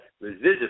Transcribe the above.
residual